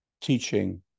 teaching